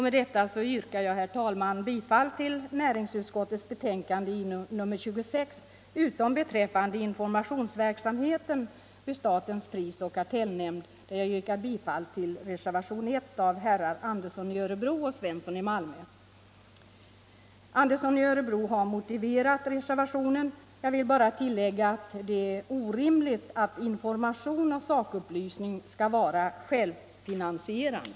Med detta yrkar jag, herr talman, bifall till näringsutskottets hemställan i betänkandet nr 26 utom beträffande informationsverksamheten vid statens prisoch kartellnämnd, där jag yrkar bifall till reservationen 1 av herrar Andersson i Örebro och Svensson i Malmö. Herr Andersson i Örebro har motiverat reservationen. Jag vill bara tillägga att det är orimligt att information och sakupplysning skall vara självfinansierande.